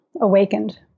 awakened